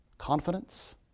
Confidence